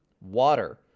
Water